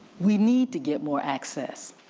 we need to get more access,